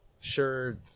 Sure